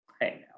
Hey